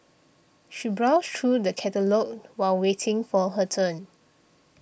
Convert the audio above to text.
she browsed through the catalogues while waiting for her turn